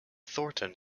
thornton